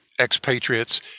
expatriates